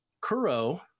kuro